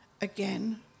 again